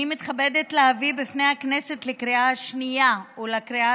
אני מתכבדת להביא בפני הכנסת לקריאה השנייה ולקריאה